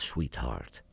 Sweetheart